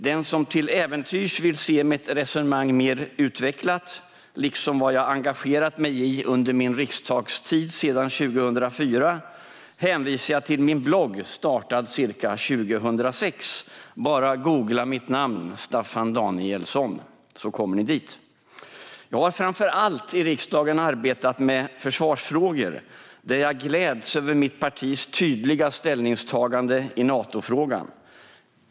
Den som till äventyrs vill se mitt resonemang mer utvecklat, liksom vad jag engagerat mig i under min riksdagstid sedan 2004, hänvisar jag till min blogg startad ca 2006. Det är bara att googla mitt namn, Staffan Danielsson, så kommer ni dit. Jag har framför allt i riksdagen arbetat med försvarsfrågor, där jag gläds över mitt partis tydliga ställningstagande i Natofrågan.